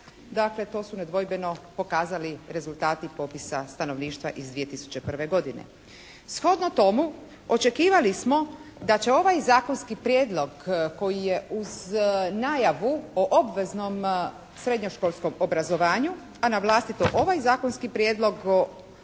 dakle to su nedvojbeno pokazali rezultati popisa stanovništva iz 2001. godine. Shodno tomu očekivali smo da će ovaj zakonski prijedlog koji je uz najavu o obveznom srednjoškolskom obrazovanju, a na vlastito ovaj zakonski prijedlog